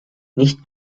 nicht